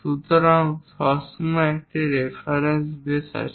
সুতরাং সবসময় একটি রেফারেন্স বেস আছে